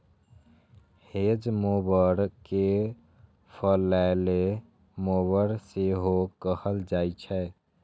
hedge mower कें फलैले mower सेहो कहल जाइ छै